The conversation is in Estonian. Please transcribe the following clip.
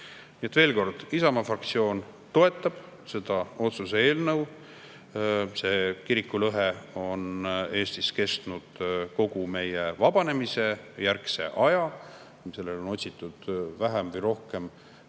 veel kord: Isamaa fraktsioon toetab seda avalduse eelnõu. See kirikulõhe on Eestis kestnud kogu meie vabanemise järgse aja. Sellele on otsitud vähem või rohkem